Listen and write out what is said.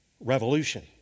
revolution